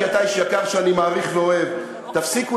כי אתה איש יקר שאני מעריך ואוהב: תפסיקו